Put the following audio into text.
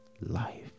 life